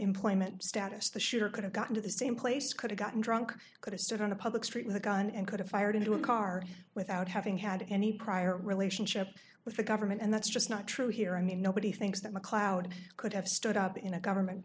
employment status the shooter could have gotten to the same place could have gotten drunk could have stood on a public street with a gun and could have fired into a car without having had any prior relationship with the government and that's just not true here i mean nobody thinks that macleod could have stood up in a government